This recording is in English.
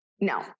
No